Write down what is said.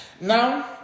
Now